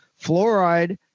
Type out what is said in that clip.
Fluoride